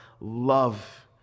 love